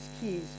keys